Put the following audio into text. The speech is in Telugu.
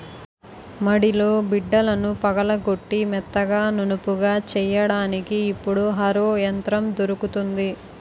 మడిలో బిడ్డలను పగలగొట్టి మెత్తగా నునుపుగా చెయ్యడానికి ఇప్పుడు హరో యంత్రం దొరుకుతుంది